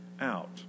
out